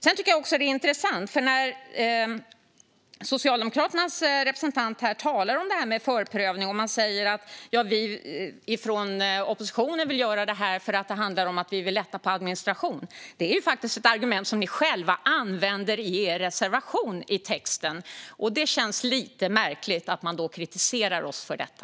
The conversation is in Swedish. Det är intressant att när Socialdemokraternas representant talar om förprövning nämner han att oppositionen vill göra detta eftersom man vill lätta på administrationen. Det är faktiskt ett argument ni själva använder i er reservation, och det känns då lite märkligt att ni kritiserar oss för detta.